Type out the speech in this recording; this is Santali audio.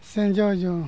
ᱥᱤᱧᱡᱚ ᱡᱚ